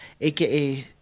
AKA